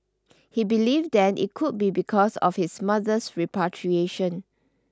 he believed then it could be because of his mother's repatriation